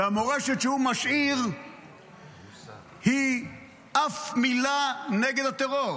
והמורשת שהוא משאיר היא אף מילה נגד הטרור,